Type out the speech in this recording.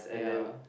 ya